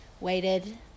waited